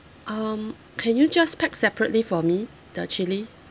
um can you just pack separately for me the chili